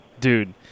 Dude